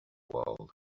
world